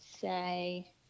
say